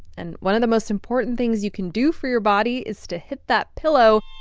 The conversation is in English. and one of the most important things you can do for your body is to hit that pillow